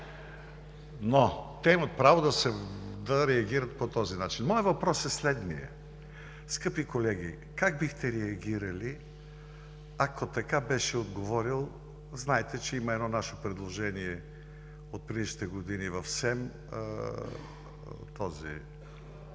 Те имат право да реагират по този начин. Моят въпрос е следният: скъпи колеги, как бихте реагирали, ако така беше отговорил – знаете, че има едно наше предложение от предишните години в СЕМ –